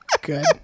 good